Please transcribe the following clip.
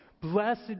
Blessed